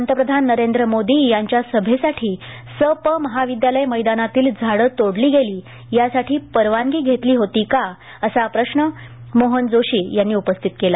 पंतप्रधान नरेंद्र मोदी यांच्या सभेसाठी स प महाविद्यालय मैदानातील झाड तोडली गेली यासाठी परवानगी घेतली होती का असा प्रश्न मोहन जोशी यांनी उपस्थित केला